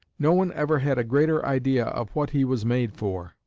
no one ever had a greater idea of what he was made for,